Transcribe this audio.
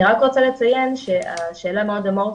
אני רק רוצה לציין שהשאלה מה עושים.